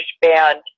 band